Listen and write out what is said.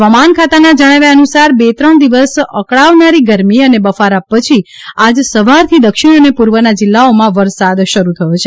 હવામાન ખાતાના જણાવ્યા અનુસાર બે ત્રણ દિવસ અકળવનારી ગરમી અને બફારા પછી આજ સવારથી દક્ષિણ અને પૂર્વના જિલ્લાઓમાં વરસાદ શરૂ થયો છે